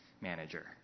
manager